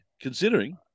considering